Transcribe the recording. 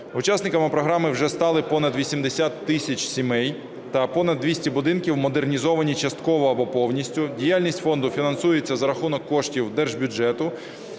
Учасниками програми вже стали понад 80 тисяч сімей та понад 200 будинків модернізовані частково або повністю. Діяльність фонду фінансується за рахунок коштів держбюджету